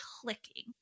clicking